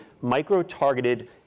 micro-targeted